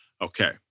Okay